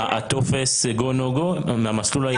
הטופס go-no-go מהמסלול הירוק?